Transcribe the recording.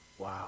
Wow